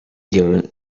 given